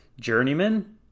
journeyman